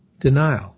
denial